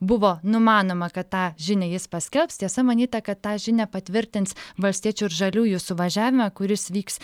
buvo numanoma kad tą žinią jis paskelbs tiesa manyta kad tą žinią patvirtins valstiečių ir žaliųjų suvažiavime kuris vyks